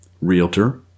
realtor